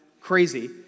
crazy